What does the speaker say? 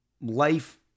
life